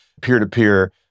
peer-to-peer